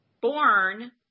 born